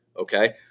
Okay